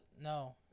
no